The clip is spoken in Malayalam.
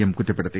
എം കുറ്റപ്പെടുത്തി